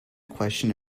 question